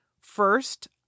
first